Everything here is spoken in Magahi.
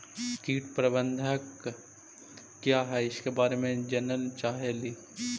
कीट प्रबनदक क्या है ईसके बारे मे जनल चाहेली?